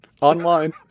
online